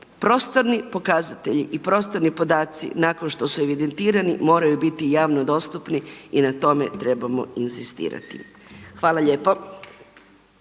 prostorni pokazatelji i prostorni podaci nakon što su evidentirani moraju biti javno dostupni i na tome trebamo inzistirati. Hvala lijepo.